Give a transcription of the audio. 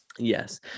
Yes